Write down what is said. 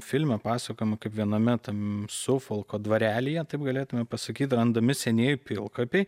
filme pasakojama kaip viename tam sufolko dvarelyje taip galėtume pasakyt randami senieji pilkapiai